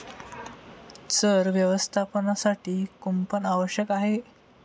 चर व्यवस्थापनासाठी कुंपण आवश्यक आहे